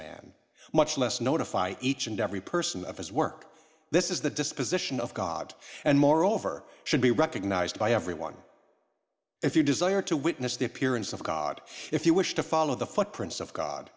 man much less notify each and every person of his work this is the disposition of god and moreover should be recognized by everyone if you desire to witness the appearance of god if you wish to follow the footprints of god